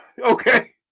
Okay